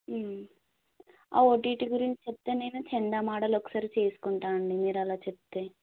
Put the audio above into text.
ఆ ఓటీటీ గురించి చెప్తే నేను చందా మోడలు ఒకసారి చేసుకుంటాను అండి మీరు అలా చెప్తే